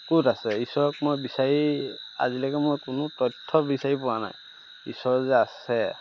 ক'ত আছে ঈশ্বৰক মই বিচাৰি আজিলৈকে মই কোনো তথ্য বিচাৰি পোৱা নাই ঈশ্বৰ যে আছে